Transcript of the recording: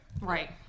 Right